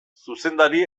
zuzendari